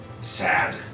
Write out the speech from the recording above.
sad